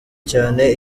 cyane